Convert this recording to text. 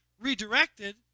redirected